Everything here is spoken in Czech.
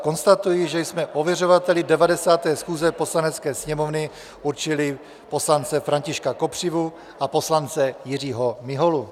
Konstatuji, že jsme ověřovateli 90. schůze Poslanecké sněmovny určili poslance Františku Kopřivu a poslance Jiřího Miholu.